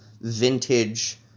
vintage